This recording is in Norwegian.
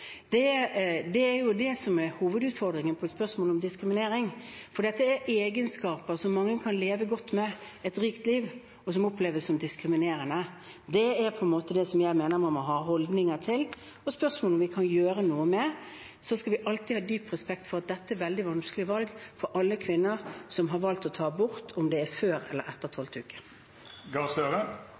jo det som er hovedutfordringen på et spørsmål om diskriminering, for dette er egenskaper som mange kan leve godt med, et rikt liv, og som oppleves som diskriminerende. Dette er på en måte det jeg mener man må ha holdninger til, og spørsmål vi kan gjøre noe med. Så skal vi alltid ha dyp respekt for at dette er veldig vanskelige valg for alle kvinner som har valgt å ta abort, om det er før eller etter